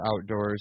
outdoors